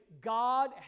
God